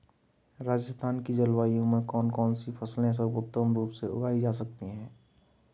राजस्थान की जलवायु में कौन कौनसी फसलें सर्वोत्तम रूप से उगाई जा सकती हैं?